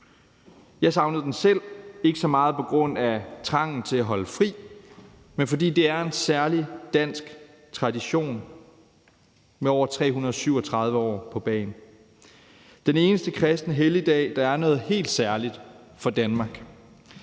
Jeg savnede den selv. Ikke så meget på grund af trangen til at holde fri, men fordi det er en særlig dansk tradition med over 337 år på bagen. Det er den eneste kristne helligdag, der er noget helt særligt for Danmark.